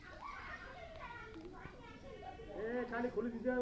এ বছর স্বজি বাজার কত?